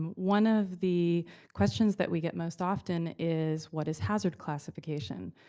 one of the questions that we get most often is, what is hazard classification?